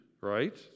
right